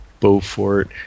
Beaufort